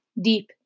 deep